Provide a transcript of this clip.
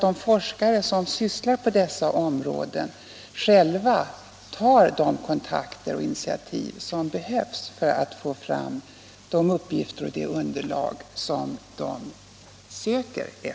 De forskare som arbetar inom dessa områden tar säkert själva de kontakter och initiativ som behövs för att få fram de uppgifter och det underlag som de söker efter.